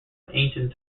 ancient